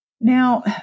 Now